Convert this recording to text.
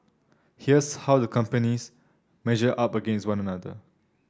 here's how the companies measure up against one another